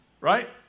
right